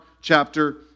chapter